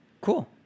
Cool